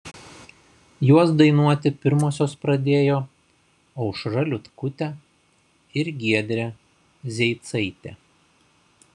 juos dainuoti pirmosios pradėjo aušra liutkutė ir giedrė zeicaitė